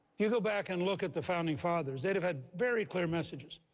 you go back and look at the founding fathers, they'd have had very clear messages.